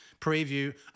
preview